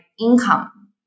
income